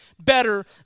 better